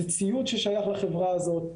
זה ציוד ששייך לחברה הזאת,